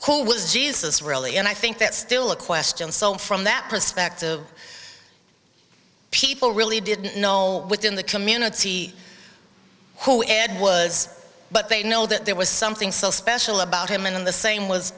who was jesus really and i think that's still a question so from that perspective people really didn't know within the community who was but they know that there was something so special about him and the same was